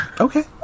Okay